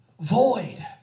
void